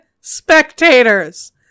spectators